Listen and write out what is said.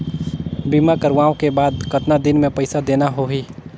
बीमा करवाओ के बाद कतना दिन मे पइसा देना हो ही?